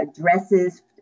dresses